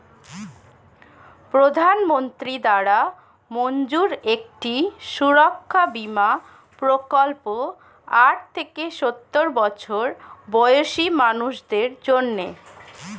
প্রধানমন্ত্রী দ্বারা মঞ্জুর একটি সুরক্ষা বীমা প্রকল্প আট থেকে সওর বছর বয়সী মানুষদের জন্যে